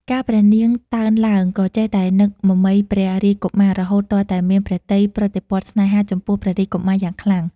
កាលព្រះនាងតើណឡើង ក៏ចេះតែនឹកមមៃព្រះ រាជកុមារ រហូតទាល់តែមានព្រះទ័យប្រតិព័ទ្ធស្នេហា ចំពោះព្រះរាជកុមារយ៉ាងខ្លាំង ។